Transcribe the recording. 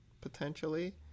potentially